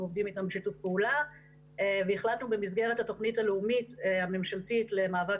עובדים איתם בשיתוף פעולה והחלטנו במסגרת התוכנית הלאומית הממשלתית למאבק